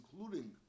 including